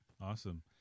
Awesome